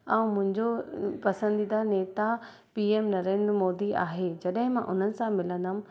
ऐं मुंहिंजो पसंदीदा नेता पीएम नरेंद्र मोदी आहे जॾहिं मां उन्हनि सां मिलंदमि